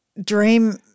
Dream